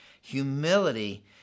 Humility